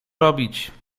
robić